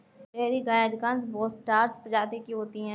dairy गायें अधिकांश बोस टॉरस प्रजाति की होती हैं